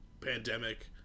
pandemic